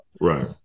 Right